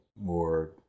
more